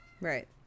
right